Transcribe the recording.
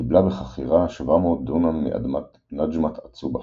קיבלה בחכירה 700 דונם מאדמת נג'מת א-צובח,